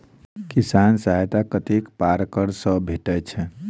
किसान सहायता कतेक पारकर सऽ भेटय छै?